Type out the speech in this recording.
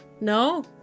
No